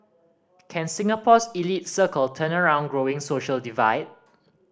can Singapore's elite circle turn around growing social divide